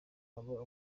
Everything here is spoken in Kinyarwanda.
aba